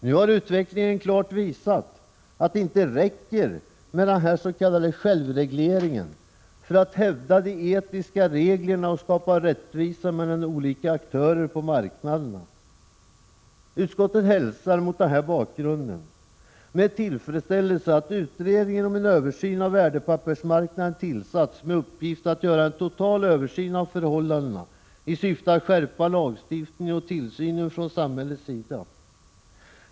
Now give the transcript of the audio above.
Nu har utvecklingen klart visat att det inte räcker med denna s.k. självreglering för att hävda de etiska reglerna och skapa rättvisa mellan olika aktörer på marknaderna. Utskottet hälsar mot denna bakgrund med tillfredsställelse att utredningen om en översyn av värdepappersmarknaden tillsatts med uppgift att göra en total översyn av förhållanden i syfte att skärpa lagstiftningen och tillsynen från samhällets sida.